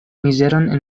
mizeron